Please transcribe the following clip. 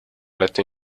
letto